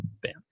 bam